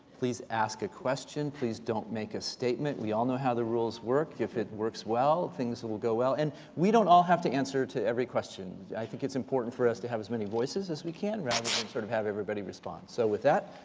please ask a question. please don't make a statement. we all know how the rules work. if it works well, things will go well. and we don't all have to answer to every question. i think it's important for us to have as many voices as we can, rather than sort of have everybody respond. so with that.